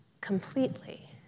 completely